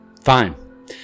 Fine